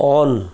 on